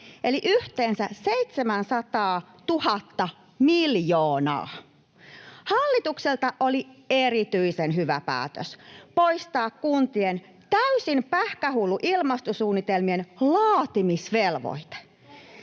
eli yhteensä 700 miljoonaa. Hallitukselta oli erityisen hyvä päätös poistaa kuntien täysin pähkähullu ilmastosuunnitelmien laatimisvelvoite.